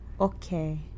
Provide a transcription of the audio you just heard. Okay